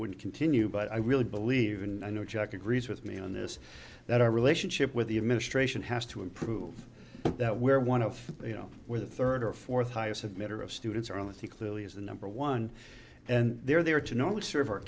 would continue but i really believe and i know chuck agrees with me on this that our relationship with the administration has to improve that where one of you know where the third or fourth highest submitter of students are i think clearly is the number one and they're there to not only serve our